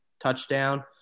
touchdown